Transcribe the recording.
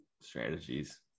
strategies